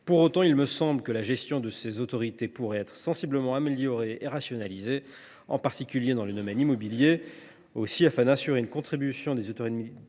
le répète, il me semble que la gestion de ces autorités pourrait être sensiblement améliorée et rationalisée, en particulier dans le domaine immobilier. Aussi, afin d’assurer une contribution des AAI